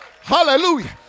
Hallelujah